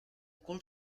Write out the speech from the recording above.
cul